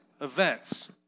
events